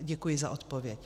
Děkuji za odpověď.